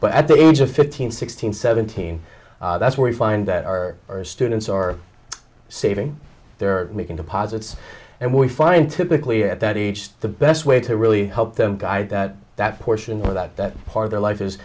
but at the age of fifteen sixteen seventeen that's where we find that our are students or saving they're making deposits and we find typically at that age the best way to really help them guide that that portion or that that part of their life is